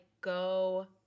go